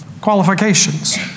qualifications